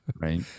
right